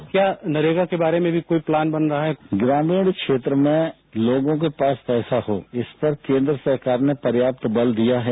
प्रश्न क्या नरेगा के बारे में भी कोई प्लान बन रहा है उत्तर ग्रामीण क्षेत्र में लोगों के पास पैसा हो इस पर केन्द्र सरकार ने पर्याप्त बल दिया है